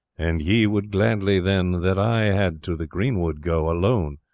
and ye would gladly then that i had to the green wood go, alone,